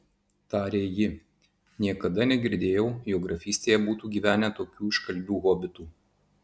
tarė ji niekada negirdėjau jog grafystėje būtų gyvenę tokių iškalbių hobitų